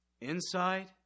Inside